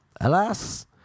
Alas